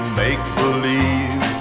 make-believe